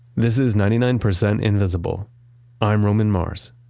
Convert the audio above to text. this is ninety nine percent invisible i'm roman mars.